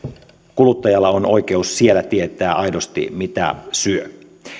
kuluttajalla on oikeus siellä tietää aidosti mitä syö